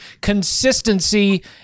consistency